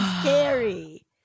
scary